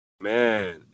Man